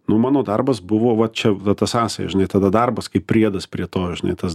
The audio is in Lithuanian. nu mano darbas buvo va čia va ta sąsają žinai tada darbas kaip priedas prie to žinai tas